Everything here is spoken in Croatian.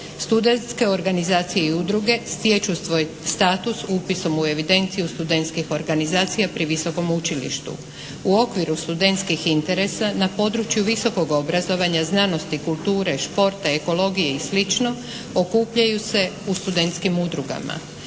Studentske organizacije i udruge stječu svoj status upisom u evidenciju studentskih organizacija pri Visokom učilištu. U okviru studentskih interesa na području Visokog obrazovanja znanosti, kulture, športa, ekologije i slično, okupljaju se u studentskim udrugama.